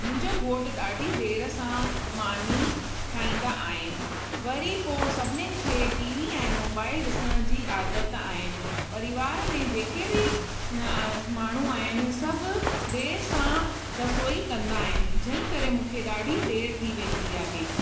मुंहिंजो घोट ॾाढी देरि सां मानी खाईंदा आहिनि वरी पोइ सभिनीनि खे टीवी ऐं मोबाइल ॾिसण जी आदत आहिनि परिवार में जेके बि माण्हू आहिनि सब देर सां रसोई कंदा आहिनि जे करे मूंखे ॾाढी देरि थी वेंदी आहे